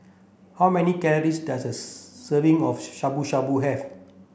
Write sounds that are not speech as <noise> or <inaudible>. how many calories does a <unintelligible> serving of Shabu Shabu have